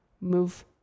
move